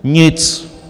Nic.